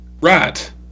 Right